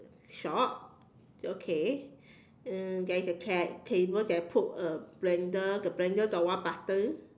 shop okay uh there's a ca~ cable that put a blender the blender got one button